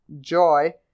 joy